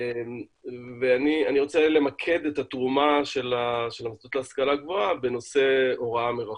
ואני רוצה למקד את התרומה של המוסדות להשכלה גבוהה בנושא הוראה מרחוק.